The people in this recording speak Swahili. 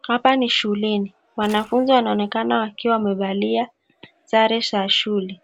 Hapa ni shuleni, wanafunzi wanaonekana kuwa wamevalia sare za shule.